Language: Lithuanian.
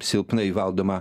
silpnai valdoma